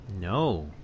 no